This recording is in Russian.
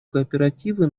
кооперативы